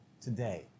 today